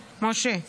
משה,